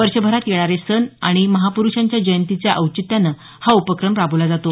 वर्षभरात येणारे सण आणि महापुरूषांच्या जयंतीचे औचित्याने हा उपक्रम राबवला जातो